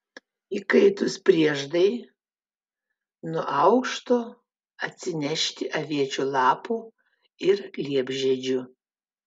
įkaitus prieždai nuo aukšto atsinešti aviečių lapų ir liepžiedžių